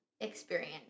experience